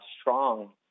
strong